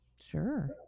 sure